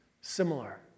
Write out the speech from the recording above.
similar